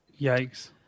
Yikes